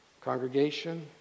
congregation